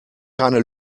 keine